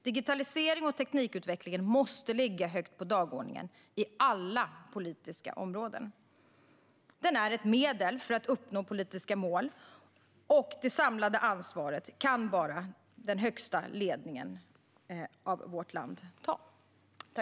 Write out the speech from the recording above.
Digitaliseringen och teknikutvecklingen måste ligga högt på dagordningen på alla politiska områden. Den är ett medel för att uppnå politiska mål, och det samlade ansvaret kan bara den högsta ledningen av vårt land ta.